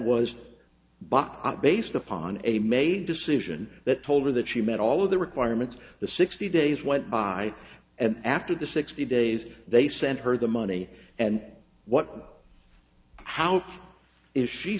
bought based upon a made decision that told her that she met all of the requirements the sixty days went by and after the sixty days they sent her the money and what how is she